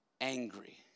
angry